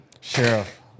Sheriff